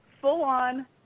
full-on